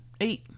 eight